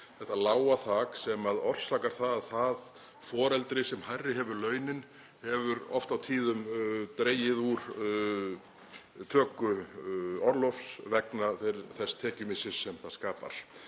þetta lága þak sem orsakar það að það foreldri sem hærri hefur launin hefur oft á tíðum dregið úr töku orlofs vegna þess tekjumissis sem það skapar.